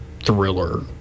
Thriller